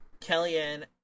Kellyanne